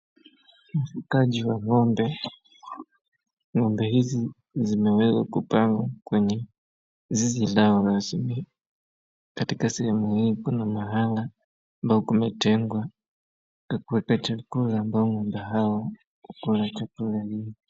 Ufugaji wa ng'ombe. Ng'ombe hizi zimeweza kupangwa kwenye zizi lao rasmi katika sehemu hii kuna mahala ambao kumetngwa pa kueka chakula ambao ng'ombe hawa hukula chakula hiyo.